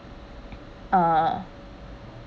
uh